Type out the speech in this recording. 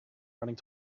running